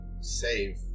save